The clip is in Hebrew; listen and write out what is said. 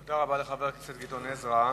תודה רבה לחבר הכנסת גדעון עזרא.